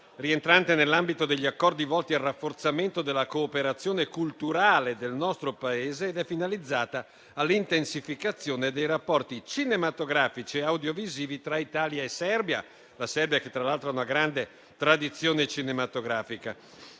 rientrante nell'ambito degli accordi volti al rafforzamento della cooperazione culturale del nostro Paese ed è finalizzata all'intensificazione dei rapporti cinematografici e audiovisivi tra Italia e Serbia. La Serbia, tra l'altro, ha una grande tradizione cinematografica.